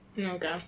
Okay